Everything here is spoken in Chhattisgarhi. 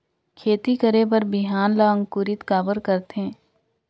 खेती करे बर बिहान ला अंकुरित काबर करथे?